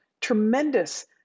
tremendous